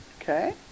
Okay